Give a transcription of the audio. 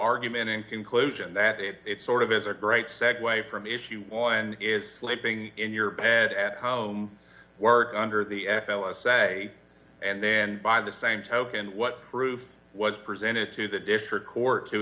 argument in conclusion that it is sort of as a great segue from issue one is sleeping in your bed at home or under the f l essay and then by the same token what proof was presented to the district court to